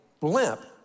blimp